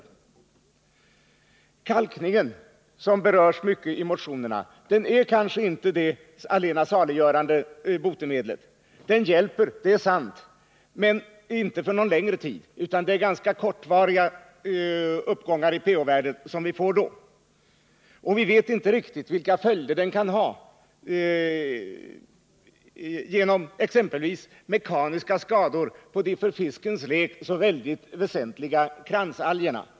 Den kalkning som ofta nämns i motionerna är kanske inte alltid det allena saliggörande botemedlet. Den hjälper — det är sant — men inte för någon längre tid. Den ger ganska kortvariga uppgångar i pH-värdet. Vi vet inte riktigt vilka följder användningen av kalk kan få. Det kan exempelvis uppstå mekaniska skador på de för fiskens lek så väsentliga kransalgerna.